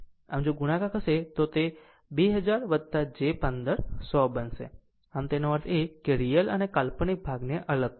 આમ જો ગુણાકાર થશે તો તે 2000 j 15 100 બનશે આમ તેનો અર્થ એ કે રીયલ અને કાલ્પનિક ભાગને અલગ કરો